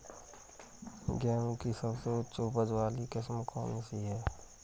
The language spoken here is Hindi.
गेहूँ की सबसे उच्च उपज बाली किस्म कौनसी है?